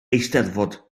eisteddfod